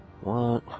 one